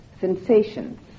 sensations